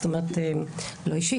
זאת אומרת לא אישית,